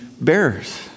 bearers